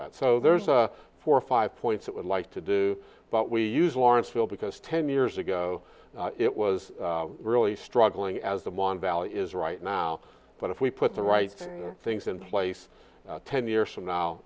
a four or five points that would like to do but we use lawrenceville because ten years ago it was really struggling as the mon valley is right now but if we put the right things in place ten years from now